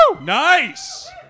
Nice